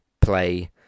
play